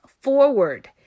forward